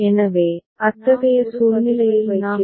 எனவே அத்தகைய சூழ்நிலையில் நாம் என்ன செய்வது